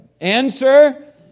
Answer